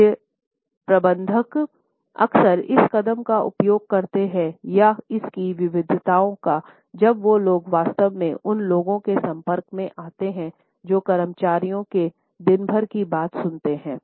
मध्य प्रबंधक अक्सर इस कदम का उपयोग करते हैं या इसकी विविधताओं का जब वो लोग वास्तव में उन लोगों के संपर्क में आते हैं जो कर्मचारियों के दिनभर की बात सुनते हैं